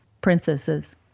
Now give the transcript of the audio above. princesses